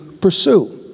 pursue